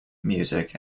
music